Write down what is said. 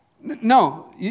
No